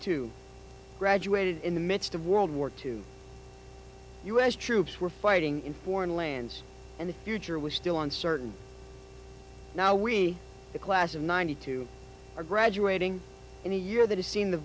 two graduated in the midst of world war two u s troops were fighting in foreign lands and the future was still uncertain now we the class of ninety two are graduating in a year that has seen the